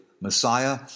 Messiah